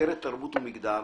חוקרת תרבות ומגדר,